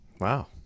Wow